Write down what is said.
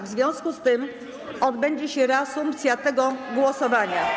W związku z tym odbędzie się reasumpcja tego głosowania.